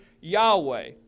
Yahweh